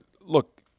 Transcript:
look